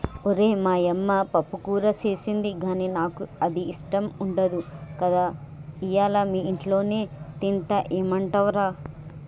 ఓరై మా యమ్మ పప్పుకూర సేసింది గానీ నాకు అది ఇష్టం ఉండదు కదా ఇయ్యల మీ ఇంట్లోనే తింటా ఏమంటవ్ రా